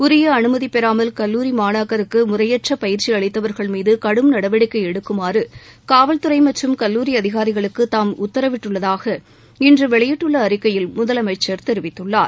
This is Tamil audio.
உரிய அனுமதி பெறாமல் கல்லூரி மாணாக்கருக்கு முறையற்ற பயிற்சி அளித்தவர்கள் மீது கடும் நடவடிக்கை எடுக்குமாறு காவல்துறை மற்றும் கல்லூரி அதிகாரிகளுக்கு தாம் உத்தரவிட்டுள்ளதாக இன்று வெளியிட்டுள்ள அறிக்கையில் முதலமைச்சர் தெரிவித்துள்ளார்